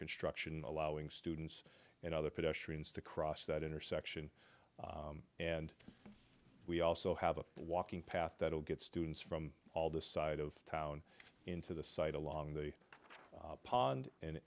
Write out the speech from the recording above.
construction allowing students and other pedestrians to cross that intersection and we also have a walking path that will get students from all the side of town into the site along the pond and